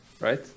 Right